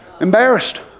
embarrassed